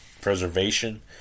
preservation